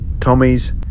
Tommy's